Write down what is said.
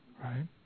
Right